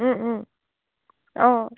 অঁ